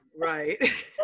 Right